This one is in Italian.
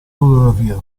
fotografia